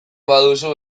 baduzu